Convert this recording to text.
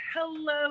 Hello